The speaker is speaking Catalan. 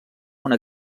una